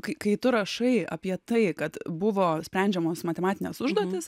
kai kai tu rašai apie tai kad buvo sprendžiamos matematinės užduotys